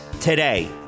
today